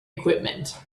equipment